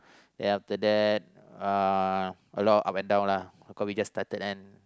then after that uh a lot of agenda lah cause we just started kan